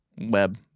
web